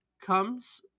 comes